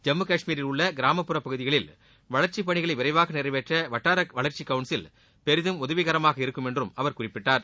ஜம்மு காஷ்மீரில் உள்ள கிராமப்புற பகுதிகளில் வளர்ச்சிப் பணிகளை விரைவாக நிறைவேற்ற வட்டார வளர்ச்சி கவுன்சில் பெரிதும் உதவிகரமாக இருக்கும் என்று அவர் குறிப்பிட்டார்